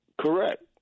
Correct